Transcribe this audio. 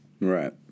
Right